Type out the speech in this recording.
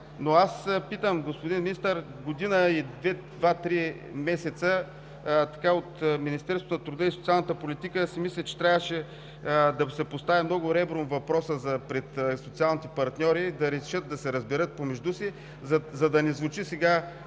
аз питам: мисля, че за година и два-три месеца от Министерството на труда и социалната политика трябваше да се постави много ребром въпросът пред социалните партньори да решат да се разберат помежду си, за да не звучи сега